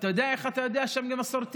ואתה יודע איך אתה יודע שהם מסורתיים?